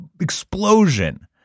explosion